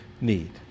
need